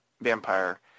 vampire